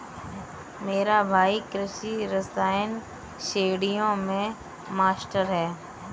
मेरा भाई कृषि रसायन श्रेणियों में मास्टर है